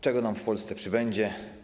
Czego nam w Polsce przybędzie?